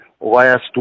last